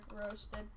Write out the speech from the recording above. roasted